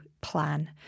plan